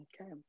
Okay